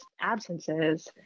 absences